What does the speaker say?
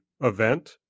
event